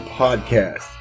podcast